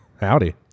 howdy